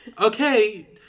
Okay